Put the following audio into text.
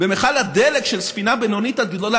במכל הדלק של ספינה בינונית עד גדולה